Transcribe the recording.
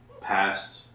past